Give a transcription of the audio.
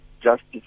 justice